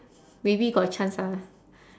maybe got chance ah